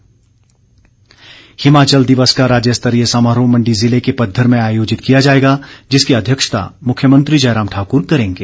हिमाचल दिवस हिमाचल दिवस का राज्य स्तरीय समारोह मण्डी जिले के पधर में आयोजित किया जाएगा जिसकी अध्यक्षता मुख्यमंत्री जयराम ठाकुर करेंगे